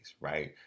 right